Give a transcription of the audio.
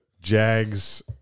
Jags